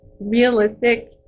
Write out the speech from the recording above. realistic